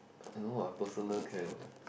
I know I personal can what